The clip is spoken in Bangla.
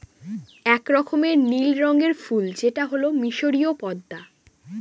এক রকমের নীল রঙের ফুল যেটা হল মিসরীয় পদ্মা